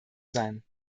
sein